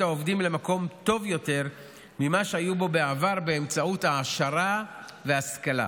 העובדים למקום טוב יותר ממה שהיו בו בעבר באמצעות העשרה והשכלה.